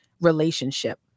relationship